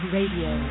Radio